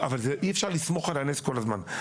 אי אפשר לסמוך על הנס כל הזמן.